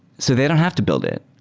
so they don't have to build it,